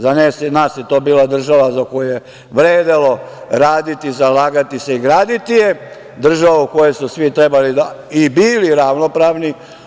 Za nas je to bila država za koju je vredelo raditi, zalagati se i graditi je, država u kojoj su svi trebali i bili ravnopravni.